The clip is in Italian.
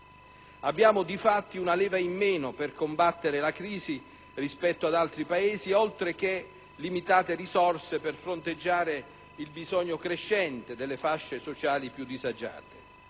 Abbiamo, infatti, una leva in meno per combattere la crisi rispetto ad altri Paesi, oltre che limitate risorse per fronteggiare il bisogno crescente delle fasce sociali più disagiate.